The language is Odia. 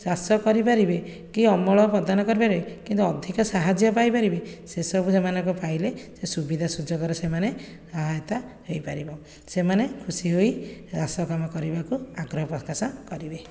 ଚାଷ କରିପାରିବେ କି ଅମଳ ପ୍ରଦାନ କରିପାରିବେ କେମିତି ଅଧିକ ସାହାଯ୍ୟ ପାଇପାରିବେ ସେସବୁ ସେମାନଙ୍କ ପାଇଲେ ସେ ସୁବିଧା ସୁଯୋଗର ସେମାନେ ସହାୟତା ହୋଇପାରିବ ସେମାନେ ଖୁସି ହୋଇ ଚାଷ କାମ କରିବାକୁ ଆଗ୍ରହ ପ୍ରକାଶ କରିବେ